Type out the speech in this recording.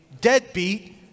deadbeat